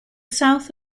south